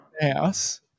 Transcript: house